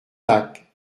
lacs